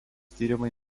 tyrimai